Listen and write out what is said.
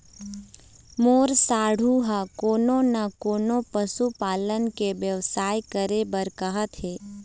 मोर साढ़ू ह कोनो न कोनो पशु पालन के बेवसाय करे बर कहत हे